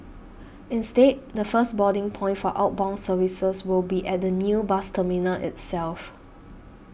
instead the first boarding point for outbound services will be at the new bus terminal itself